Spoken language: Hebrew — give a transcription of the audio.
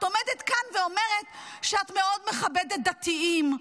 את עומדת כאן ואומרת שאת מאוד מכבדת דתיים.